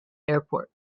airport